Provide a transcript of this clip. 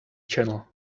channel